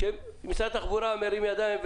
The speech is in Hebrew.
כשמשרד התחבורה מרים ידיים,